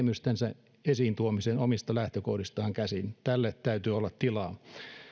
näkemystensä esiintuomiseen omista lähtökohdistaan käsin tälle täytyy olla tilaa